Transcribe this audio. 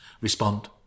respond